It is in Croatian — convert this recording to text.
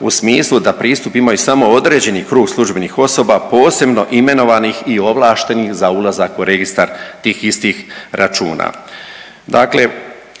u smislu da pristup imaju samo određeni krug službenih osoba, posebno imenovanih i ovlaštenih za ulazak u registar tih istih računa. Dakle